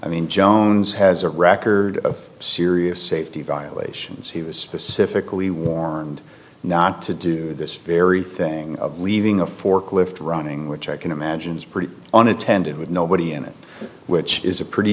i mean jones has a record of serious safety violations he was specifically warned not to do this very thing of leaving a forklift running which i can imagine is pretty on attended with nobody in it which is a pretty